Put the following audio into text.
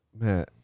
Man